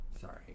sorry